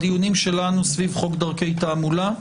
בדיונים שלנו סביב חוק דרכי תעמולה,